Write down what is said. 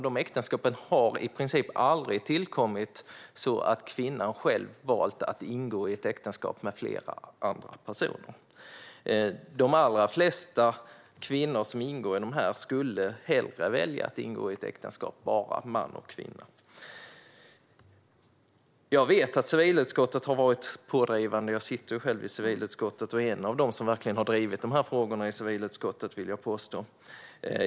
Dessa äktenskap har i princip aldrig tillkommit genom att en kvinna själv har valt att ingå äktenskap med flera andra personer. De allra flesta kvinnor som ingår dessa skulle hellre välja att ingå äktenskap mellan bara man och kvinna. Jag vet att civilutskottet har varit pådrivande. Jag sitter själv i civilutskottet och är en av dem som verkligen har drivit dessa frågor där, vill jag påstå.